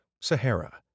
Sahara